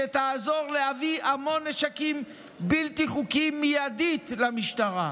שתעזור להביא המון נשקים בלתי חוקיים מיידית למשטרה.